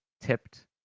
tipped